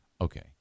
Okay